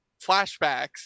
flashbacks